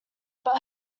but